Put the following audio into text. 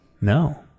No